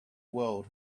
world